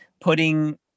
putting